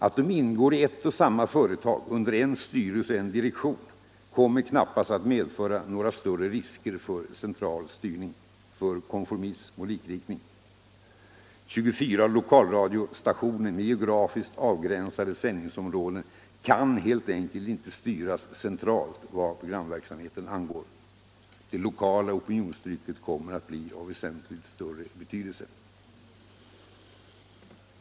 Att de ingår i ett och samma företag under en styrelse och en direktion kommer knappast att medföra några större risker för centralstyrning, för konformism och likriktning. 24 lokalradiostationer med geografiskt avgränsade sändningsområden kan helt enkelt inte styras centralt vad programverksamheten angår. Det lokala opinionstrycket kommer att bli av väsentligt större betydelse.